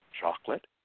chocolate